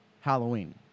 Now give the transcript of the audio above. Halloween